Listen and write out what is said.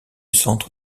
centre